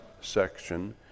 section